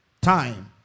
time